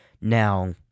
Now